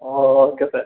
O okay sir